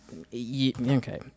Okay